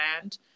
land